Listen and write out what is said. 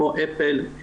אפל,